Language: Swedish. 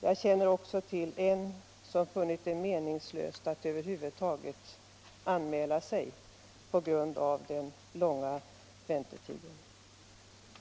Jag känner också till en som på grund av den långa väntetiden funnit det meningslöst att över huvud taget anmila sig.